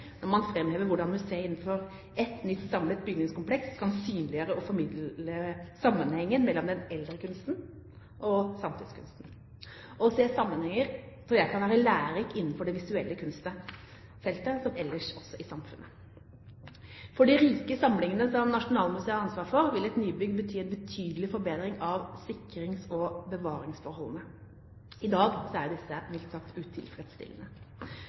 når han framhever hvordan museet innenfor et nytt, samlet bygningskompleks kan synliggjøre og formidle sammenhengen mellom den eldre kunsten og samtidskunsten. Å se sammenhenger tror jeg kan være lærerikt innenfor det visuelle kunstfeltet, som ellers i samfunnet. For de rike samlingene som Nasjonalmuseet har ansvaret for, vil et nybygg bety en betydelig forbedring av sikrings- og bevaringsforholdene. I dag er dette mildt sagt utilfredsstillende.